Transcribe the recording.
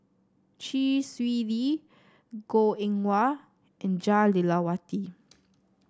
Chee Swee Lee Goh Eng Wah and Jah Lelawati